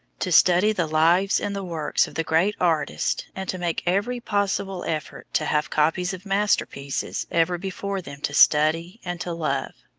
to study the lives and the works of the great artists and to make every possible effort to have copies of masterpieces ever before them to study and to love.